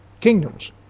kingdoms